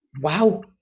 wow